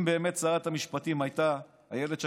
אם באמת שרת המשפטים איילת שקד,